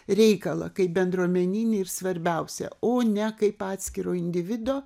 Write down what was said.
reikalą kaip bendruomeninį ir svarbiausią o ne kaip atskiro individo